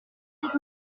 sept